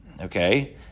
okay